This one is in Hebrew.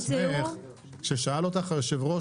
כששאל אותך היושב-ראש,